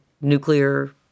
nuclear